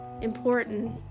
important